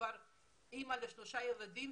אימא לשלושה ילדים,